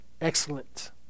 excellent